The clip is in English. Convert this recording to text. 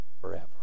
forever